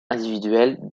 individuelles